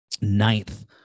ninth